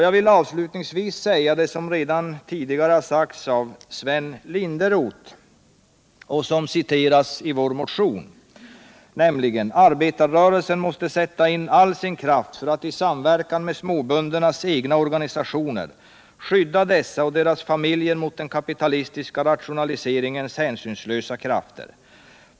Jag vill avslutningsvis upprepa vad som sagts av Sven Linderot och som också citeras i vår motion: ”——--— arbetarrörelsen måste sätta in all sin kraft för att i samverkan med småböndernas egna organisationer skydda dessa och deras familjer mot den kapitalistiska rationaliseringens hänsynslösa krafter.